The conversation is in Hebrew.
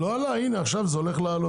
הנה עכשיו זה הולך לעלות.